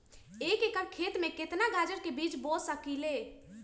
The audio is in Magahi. एक एकर खेत में केतना गाजर के बीज बो सकीं ले?